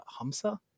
Hamsa